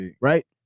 Right